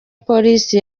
polisi